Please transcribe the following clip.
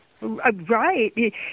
Right